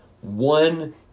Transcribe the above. one